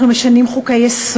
אנחנו משנים חוקי-יסוד,